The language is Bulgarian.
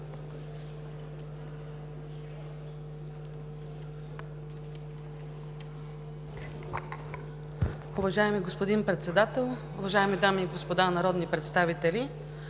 Уважаеми господин Председател, уважаеми дами и господа народни представители!